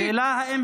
דבר אל המיקרופון.